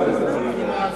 תשובה?